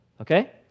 Okay